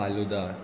falooda